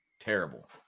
Terrible